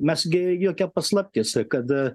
mes gi jokia paslaptis kad